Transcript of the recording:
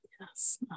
Yes